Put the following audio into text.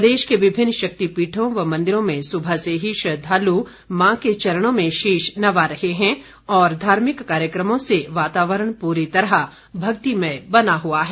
प्रदेश के विभिन्न शक्तिपीठों व मंदिरों में सुबह से ही श्रद्धालु मां के चरणों में शीश नवा रहे हैं और धार्मिक कार्यक्रमों से वातावरण पूरी तरह भक्तिमय बना हुआ है